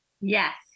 Yes